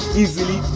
easily